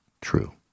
true